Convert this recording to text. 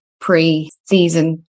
pre-season